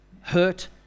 hurt